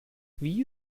wie